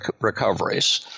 recoveries